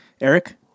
Eric